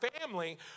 family